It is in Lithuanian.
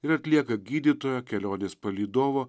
ir atlieka gydytojo kelionės palydovo